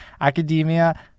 academia